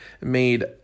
made